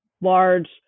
large